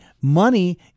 money